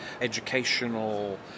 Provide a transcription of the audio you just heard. educational